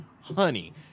Honey